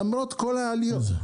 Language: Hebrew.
למרות כל העליות.